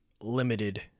limited